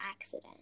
accident